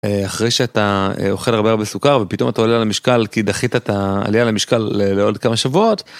אה... אחרי שאתה אוכל הרבה הרבה סוכר, ופתאום אתה עולה על המשקל, כי דחית את העלייה על המשקל לעוד כמה שבועות...